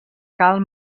cal